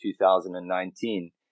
2019